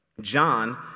John